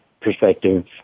perspective